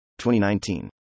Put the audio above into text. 2019